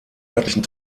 örtlichen